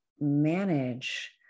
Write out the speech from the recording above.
manage